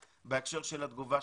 לי יש אחרית על התושבים